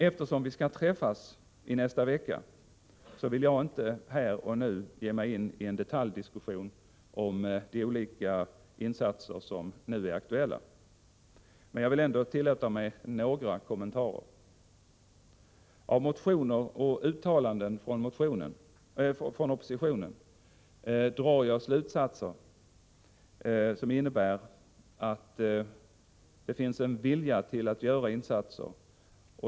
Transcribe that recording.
Eftersom vi skall träffas i nästa vecka vill jag inte nu ge mig in i en detaljdiskussion om de olika insatser som är aktuella. Men jag vill ändå tillåta mig några kommentarer. ' Av motioner och uttalanden från oppositionen drar jag slutsatsen att det finns en vilja att göra insatser.